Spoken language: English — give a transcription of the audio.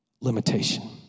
limitation